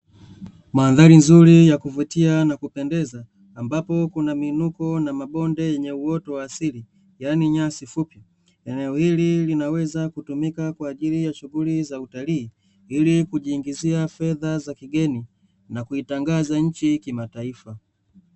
Madhari nzuri ya kuvutia na kupendeza, ambapo kuna miinuko na mabonde yenye uoto wa asili, yaani nyasi fupi, eneo hili linaweza kutumika kwa ajili ya shughuli za utalii kujiingizia fedha za kigeni na kuitangaza nchi kimataifa.